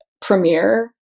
premiere